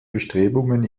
bestrebungen